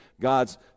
God's